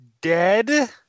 dead